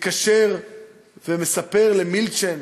מתקשר ומספר למילצ'ן